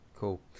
cool